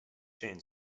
chain